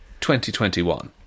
2021